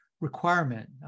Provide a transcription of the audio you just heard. requirement